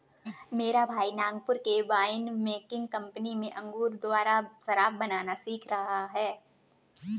मेरा भाई नागपुर के वाइन मेकिंग कंपनी में अंगूर द्वारा शराब बनाना सीख रहा है